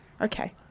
Okay